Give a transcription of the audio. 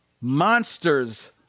monsters